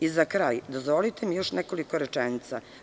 I za kraj dozvolite da mi još nekoliko rečenica.